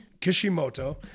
Kishimoto